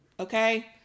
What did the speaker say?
Okay